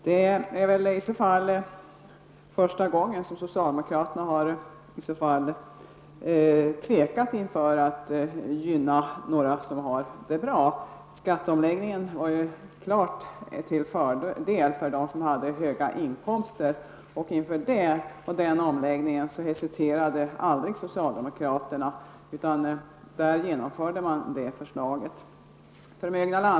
Det är i så fall första gången som socialdemokraterna har tvekat inför att gynna någon som har det bra. Skatteomläggningen var ju till klar fördel för dem som har höga inkomster och inför den omläggning hesiterade aldrig socialdemokraterna, utan det förslaget genomförde man.